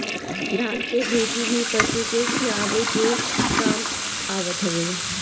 धान के भूसी भी पशु के खियावे के काम आवत हवे